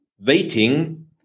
waiting